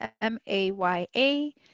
M-A-Y-A